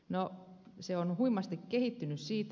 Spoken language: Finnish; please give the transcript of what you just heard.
no se on huimasti kehittynyt siitä